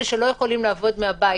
אלה שלא יכולים לעבוד מהבית